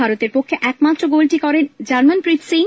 ভারতের পক্ষে একমাত্র গোলটি করেন জার্মানপ্রিত সিং